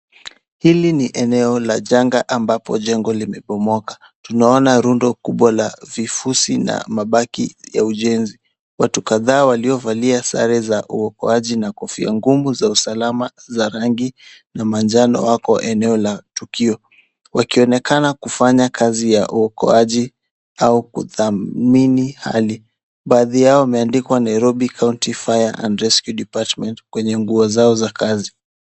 Hili ni eneo la janga ambapo jengo limebomoka, tunaona rundo kubwa la vifusi na mabaki ya ujenzi. Watu kadhaa waliovalia sare za uokoaji na kofia ngumu za usalama za rangi ya manjano wako eneo la tukio, wakionekana kufanya kazi ya uokoaji au kuthamini hali, baadhi yao wameandikwa Nairobi county fire and rescue department kwenye nguo zao za kazi.